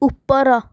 ଉପର